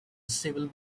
civil